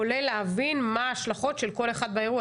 כולל להבין מה ההשלכות של כל אחד באירוע.